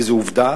וזו עובדה,